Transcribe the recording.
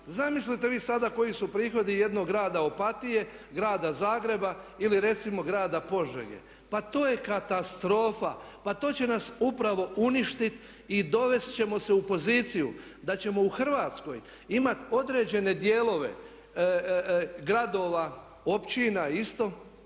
Zamislite vi sada koji su prihodi jednog grada Opatije, grada Zagreba ili recimo grada Požege. Pa to je katastrofa, pa to će nas upravo uništiti i dovesti ćemo se u poziciju da ćemo u Hrvatskoj imati određene dijelove gradova, općina isto